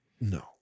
no